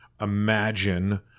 Imagine